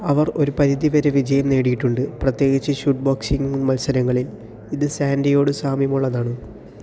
അവർ ഒരു പരിധിവരെ വിജയം നേടിയിട്ടുണ്ട് പ്രത്യേകിച്ച് ഷൂട്ട് ബോക്സിംഗ് മത്സരങ്ങളിൽ ഇത് സാൻഡയോട് സാമ്യമുള്ളതാണ്